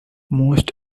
most